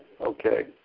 Okay